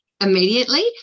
immediately